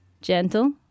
Gentle